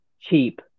cheap